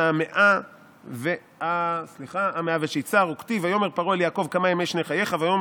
הא מאה ושיתסר וכתיב 'ויאמר פרעה אל יעקב כמה ימי שני חייך ויאמר